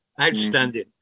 outstanding